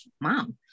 mom